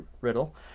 Riddle